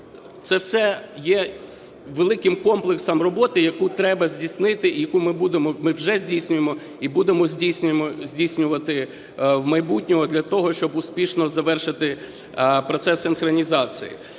це все є великим комплексом роботи, яку треба здійснити і яку ми вже здійснюємо, і будемо здійснювати в майбутньому для того, щоб успішно завершити процес синхронізації.